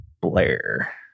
Blair